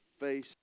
Face